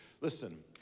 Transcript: Listen